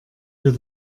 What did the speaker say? wir